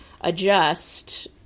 adjust